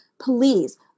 Please